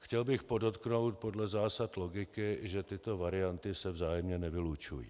Chtěl bych podotknout podle zásad logiky, že tyto varianty se vzájemně nevylučují.